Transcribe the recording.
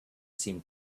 seem